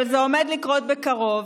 אבל זה עומד לקרות בקרוב.